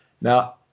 Now